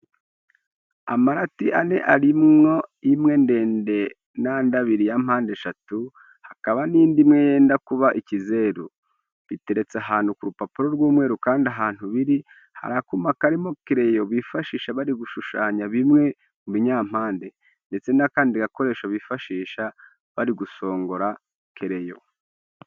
Amarati ane arimo imwe ndende ndetse n'andi abiri ya mpande eshatu, hakaba n'indi imwe yenda kuba ikizeru, biteretse ahantu ku rupapuro rw'umweru kandi ahantu biri hari akuma karimo kereyo bifashisha bari kushushanya bimwe mu binyampande, ndetse n'akandi gakoresho bifashisha bari gusongora kereyo.